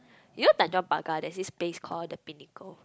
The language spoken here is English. you know Tanjong-Pagar there's this space call the Pinnacle